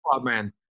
man